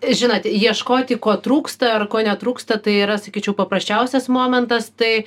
žinot ieškoti ko trūksta ar ko netrūksta tai yra sakyčiau paprasčiausias momentas tai